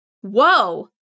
Whoa